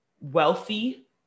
wealthy